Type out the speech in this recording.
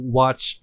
watch